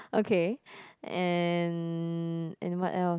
okay and and what else